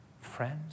friends